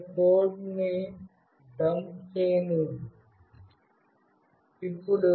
నన్ను కోడ్ ని డంప్ చేయనివ్వు